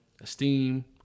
esteem